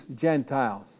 Gentiles